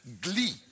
glee